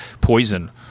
poison